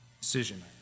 decision